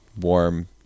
warm